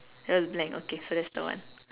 yours is blank okay so that's the one